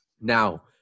Now